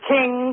King